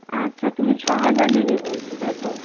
আচ্ছা তুমি ছ হাজার নেবে বলছ তাই তো